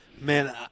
Man